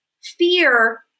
fear